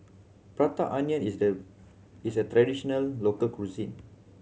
Prata Onion is a is a traditional local cuisine